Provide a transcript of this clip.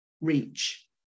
reach